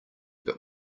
but